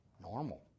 Normal